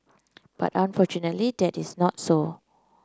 but unfortunately that is not so